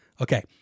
Okay